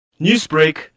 Newsbreak